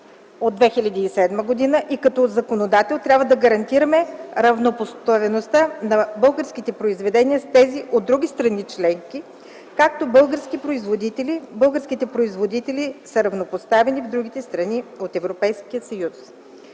от 2007 г. и като законодател трябва да гарантираме равнопоставеността на българските произведения с тези от други страни членки, както българските производители са равнопоставени в другите страни от Европейския съюз,